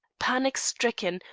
panic stricken,